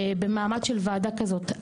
במעמד של ועדה כזאת.